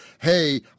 hey